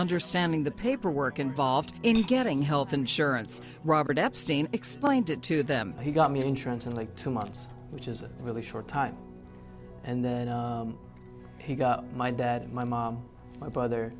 understanding the paperwork involved in getting health insurance robert epstein explained it to them he got me insurance in like two months which is a really short time and then he got my dad and my mom my brother